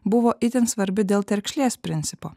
buvo itin svarbi dėl terkšlės principo